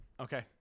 Okay